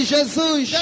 Jesus